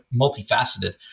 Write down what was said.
multifaceted